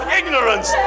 ignorance